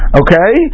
okay